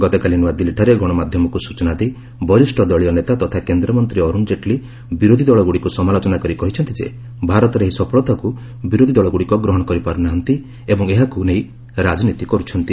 ଗତକାଲି ନୂଆଦିଲ୍ଲୀଠାରେ ଗଣମାଧ୍ୟମକୁ ସୂଚନା ଦେଇ ବରିଷ୍ଣ ଦଳୀୟ ନେତା ତଥା କେନ୍ଦ୍ରମନ୍ତ୍ରୀ ଅରୁଣ ଜେଟଲୀ ବିରୋଧୀ ଦଳଗୁଡ଼ିକୁ ସମାଲୋଚନା କରି କହିଛନ୍ତି ଯେ ଭାରତର ଏହି ସଫଳତାକୁ ବିରୋଧୀ ଦଳଗୁଡ଼ିକ ଗ୍ରହଣ କରିପାରୁ ନାହାନ୍ତି ଏବଂ ଏହାକୁ ନେଇ ରାଜନୀତି କରୁଛନ୍ତି